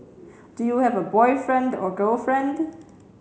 do you have a boyfriend or girlfriend